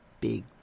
big